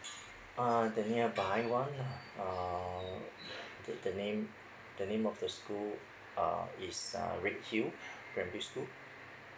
uh the nearby one err the the name the name of the school uh is uh redhill primary school